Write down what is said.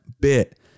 bit